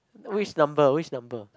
which number which number